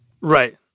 Right